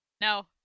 No